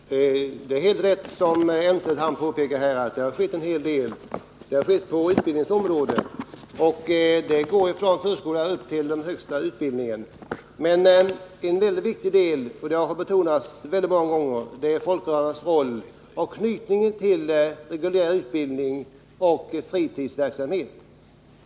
Extra utgifter Herr talman! Det är helt riktigt som Claes Elmstedt påpekar att det har — under utbildningsskett en hel del på utbildningens område och att den förändringen går ända — departementets från förskolan upp till den högsta utbildningen. Men en mycket viktig sak — huvudeititel det har betonats väldigt många gånger — är folkrörelsernas roll och kopplingen mellan reguljär utbildning och fritidsverksamhet.